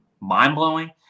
mind-blowing